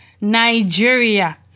Nigeria